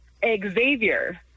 Xavier